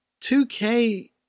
2K